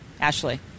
ashley